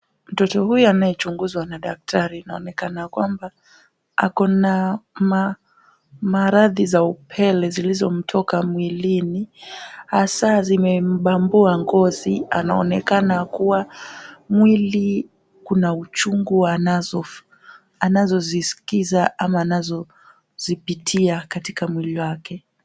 Mtoto huyu anayechunguzwa na daktari anaonekana ya kwamba ako na maradhi za upele zilizomtoka mwilini, hasa zimembambua ngozi. Anaonekana kuwa mwili kuna uchungu anazosiskiza ama anazozipitia katika mwili wake.